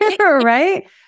right